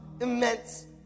immense